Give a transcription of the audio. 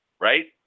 Right